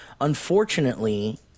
Unfortunately